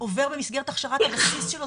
עובר במסגרת הכשרת הבסיס שלו.